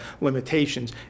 limitations